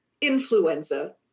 influenza